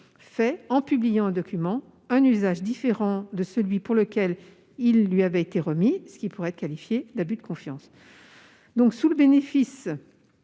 fait de ce dernier un usage différent de celui pour lequel il lui avait été remis, ce qui pourrait être qualifié d'abus de confiance. Au bénéfice